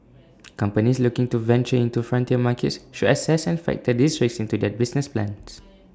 companies looking to venture into frontier markets should assess and factor these risks into their business plans